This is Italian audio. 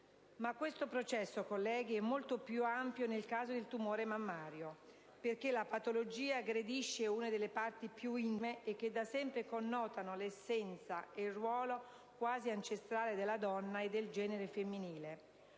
Ma questo processo, colleghi, è molto più ampio nel caso del tumore mammario, perché la patologia aggredisce una delle parti più intime e che da sempre connotano l'essenza ed il ruolo quasi ancestrale della donna e del genere femminile.